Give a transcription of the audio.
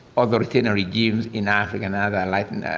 other thinner regimes in africa and other lightened.